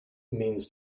means